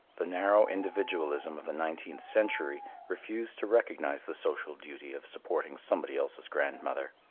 the narrow individualism of the nineteenth century refused to recognize the social duty of supporting somebody else's grandmother.